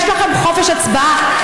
יש לכם חופש הצבעה,